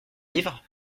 livre